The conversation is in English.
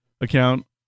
account